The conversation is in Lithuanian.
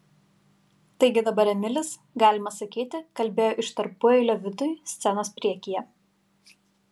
taigi dabar emilis galima sakyti kalbėjo iš tarpueilio vitui scenos priekyje